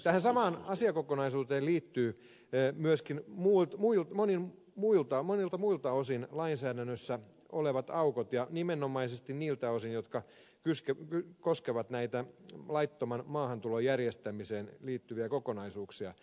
tähän samaan asiakokonaisuuteen liittyvät myöskin monilta muilta osin lainsäädännössä olevat aukot ja nimenomaisesti ne seikat jotka koskevat laittoman maahantulon järjestämiseen liittyviä kokonaisuuksia